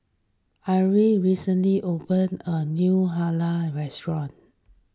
Arlie recently opened a new Lala restaurant